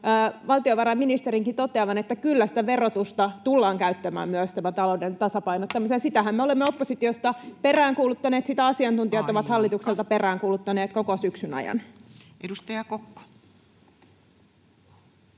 valtiovarainministerinkin toteavan, että kyllä sitä verotusta tullaan käyttämään myös tämän talouden tasapainottamiseen. Sitähän me olemme oppositiosta peräänkuuluttaneet, [Puhemies: Aika!] sitä asiantuntijat ovat hallitukselta peräänkuuluttaneet koko syksyn ajan. [Speech 222]